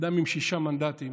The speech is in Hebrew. אדם עם שישה מנדטים